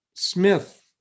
Smith